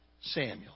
Samuel